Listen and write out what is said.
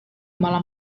malam